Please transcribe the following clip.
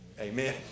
Amen